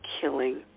killing